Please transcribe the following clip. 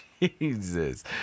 Jesus